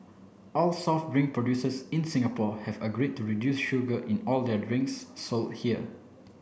all soft drink producers in Singapore have agreed to reduce sugar in all their drinks sold here